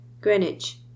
Greenwich